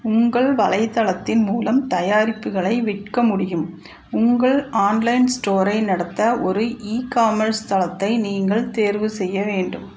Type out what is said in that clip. உங்கள் வலைத்தளத்தின் மூலம் தயாரிப்புகளை விற்க முடியும் உங்கள் ஆன்லைன் ஸ்டோரை நடத்த ஒரு இகாமர்ஸ் தளத்தை நீங்கள் தேர்வு செய்ய வேண்டும்